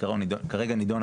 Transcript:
היא כרגע נידונה